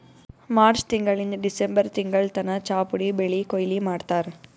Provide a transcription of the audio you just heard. March ತಿಂಗಳಿಂದ್ December ತಿಂಗಳ್ ತನ ಚಾಪುಡಿ ಬೆಳಿ ಕೊಯ್ಲಿ ಮಾಡ್ತಾರ್